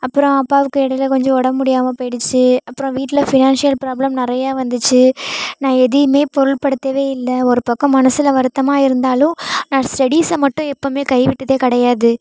அப்பறம் அப்பாவுக்கு இடைல கொஞ்சம் உடம்பு முடியாமல் போய்டுச்சி அப்பறம் வீட்டில் ஃபினான்ஷியல் ப்ராப்ளம் நிறைய வந்துச்சு நான் எதையுமே பொருட்படுத்தவே இல்லை ஒரு பக்கம் மனசில் வருத்தமாக இருந்தாலும் நான் ஸ்டடீஸை மட்டும் எப்போதுமே கை விட்டதே கிடையாது